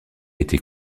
été